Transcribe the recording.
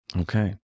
okay